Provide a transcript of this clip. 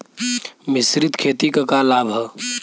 मिश्रित खेती क का लाभ ह?